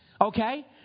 Okay